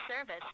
service